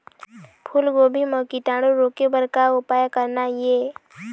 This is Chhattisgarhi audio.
फूलगोभी म कीटाणु रोके बर का उपाय करना ये?